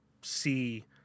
see